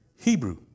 Hebrew